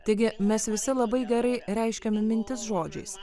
taigi mes visi labai gerai reiškiam mintis žodžiais